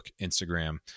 Instagram